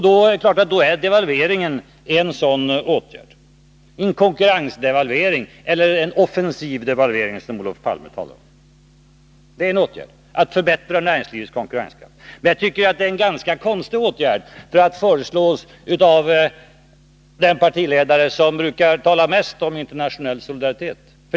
Då är det klart att devalveringen är en sådan åtgärd — en konkurrensdevalvering eller en offensiv devalvering, som Olof Palme talar om. Att förbättra näringslivets konkurrenskraft är alltså en åtgärd. Men det är ganska konstigt att den åtgärden föreslås av den partiledare som brukar tala mest om internationell solidaritet.